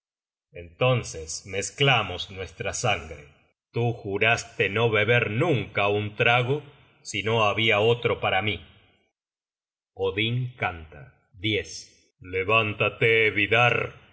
entonces mezclamos nuestra sangre tú juraste no beber nunca un trago si no habia otro para mí odin canta levántate vidarr